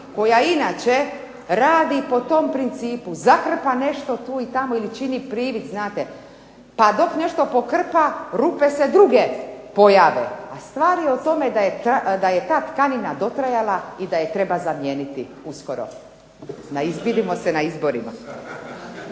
koja inače radi po tom principu, zakrpa nešto tu i tamo ili čini privid znate. Pa dok nešto pokrpa rupe se druge pojave a stvar je u tome da je ta tkanina dotrajala i da je treba zamijeniti uskoro. Vidimo se na izborima.